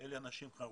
הם אנשים חרוצים,